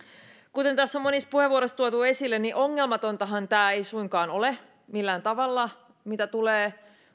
kuten tässä on monissa puheenvuoroissa tuotu esille ongelmatontahan tämä ei suinkaan ole millään tavalla mitä tulee